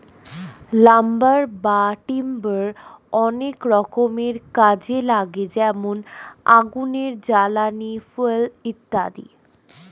lumber বা timber অনেক রকমের কাজে লাগে যেমন আগুনের জ্বালানি, ফুয়েল ইত্যাদি